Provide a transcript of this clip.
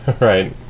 right